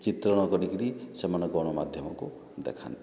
ଚିତ୍ରଣ କରିକିରି ସେମାନେ ଗଣମାଧ୍ୟମକୁ ଦେଖାନ୍ତି